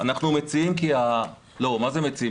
אנחנו מציעים לא, מה זה מציעים?